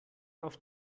auf